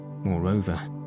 moreover